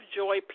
joy